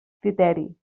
criteri